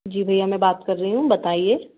जी भैया मैं बात कर रही हूँ बताइए